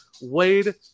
wade